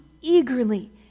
eagerly